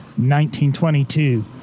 1922